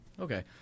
Okay